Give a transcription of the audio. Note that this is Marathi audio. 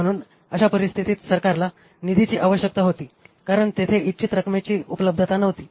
म्हणून अशा परिस्थितीत सरकारला निधीची आवश्यकता होती कारण तेथे इच्छित रकमेची उपलब्धता नव्हती